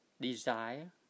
desire